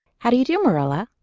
how do you do, marilla?